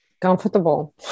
comfortable